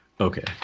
okay